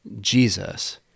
Jesus